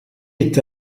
est